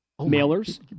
mailers